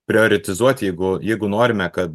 prioritizuot jeigu jeigu norime kad